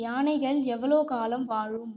யானைகள் எவ்வளோ காலம் வாழும்